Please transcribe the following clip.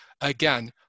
Again